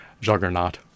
juggernaut